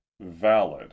valid